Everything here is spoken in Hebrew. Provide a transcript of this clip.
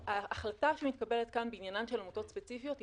ההחלטה שמתקבלת כאן בעניינן של עמותות ספציפיות היא